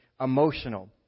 emotional